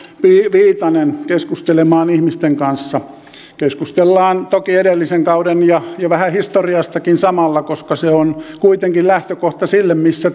viitanen keskustelemaan ihmisten kanssa keskustellaan toki edellisestä kaudesta ja vähän historiastakin samalla koska se on kuitenkin lähtökohta sille missä